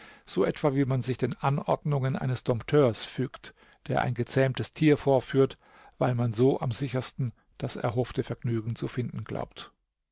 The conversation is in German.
so etwa wie man sich den anordnungen eines dompteurs fügt der ein gezähmtes tier vorführt weil man so am sichersten das erhoffte vergnügen zu finden glaubt